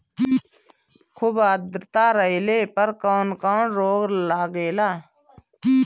खुब आद्रता रहले पर कौन कौन रोग लागेला?